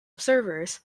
observers